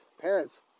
parents